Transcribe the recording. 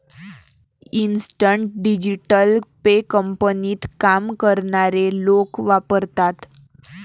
instant digital pay कंपनीत काम करणारे लोक वापरतात